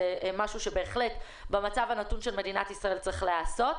זה משהו שבהחלט במצב הנתון של מדינת ישראל צריך להיעשות.